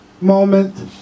moment